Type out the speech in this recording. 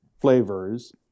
flavors